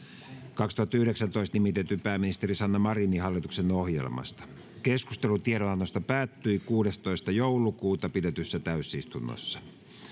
kaksituhattayhdeksäntoista nimitetyn pääministeri sanna marinin hallituksen ohjelmasta keskustelu tiedonannosta päättyi kuudestoista kahdettatoista kaksituhattayhdeksäntoista pidetyssä täysistunnossa